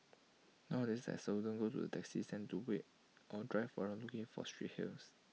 nowadays I seldom go to the taxi stand to wait or drive around looking for street hails